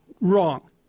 Wrong